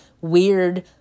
weird